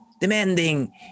demanding